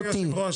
אדוני היושב ראש,